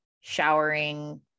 showering